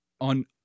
on